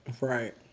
Right